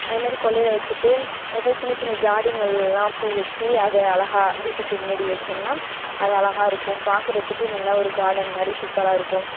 அதுமாரி கொல்லையில் வச்சுட்டு அதுக்கு அப்றம் சின்ன சின்ன ஜாடிகள்லலாம் பூ வச்சு அது அழகா வீட்டுக்கு முன்னாடி வச்சோம்னா அது அழகா இருக்கும் பாக்கிறதுக்கு நல்ல ஒரு கார்டன் மாதிரி சூப்பராக இருக்கும்